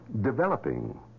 developing